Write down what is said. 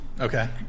okay